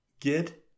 get